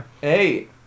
Hey